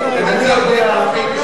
משותף.